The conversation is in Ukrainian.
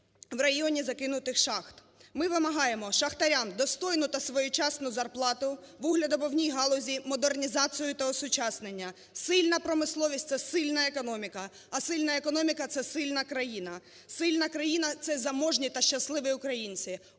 Ми вимагаємо шахтарям достойну та своєчасну зарплату у вугледобувній галузі, модернізацію та осучаснення. Сильна промисловість – це сильна економіка, а сильна економіка – це сильна країна, сильна країна – це заможні та щасливі українці.